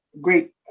great